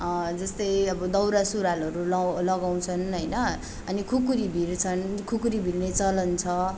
जस्तै अब दौरा सुरुवालहरू ल लगाउँछन् हैन खुकुरी भिर्छन् खुकुरी भिर्ने चलन छ